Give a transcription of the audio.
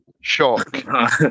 shock